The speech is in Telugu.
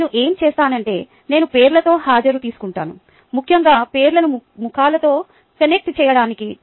నేను ఏం చేస్తాను అంటే నేను పేర్లతో హాజరు తీసుకుంటాను ముఖ్యంగా పేర్లను ముఖాలతో కనెక్ట్ చేయడానికి